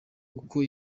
uko